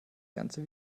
ganze